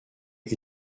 ils